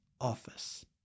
office